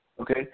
okay